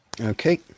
Okay